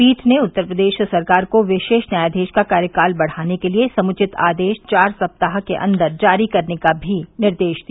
पीठ ने उत्तर प्रदेश सरकार को विशेष न्यायाधीश का कार्यकाल बढ़ाने के लिए समुचित आदेश चार सप्ताह के अंदर जारी करने का भी निर्देश दिया